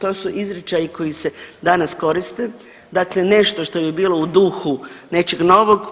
To su izričaji koji se danas koriste, dakle nešto što bi bilo u duhu nečeg novog.